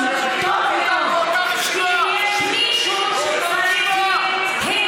אם יש מישהו שצריך להתבייש,